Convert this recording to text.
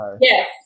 Yes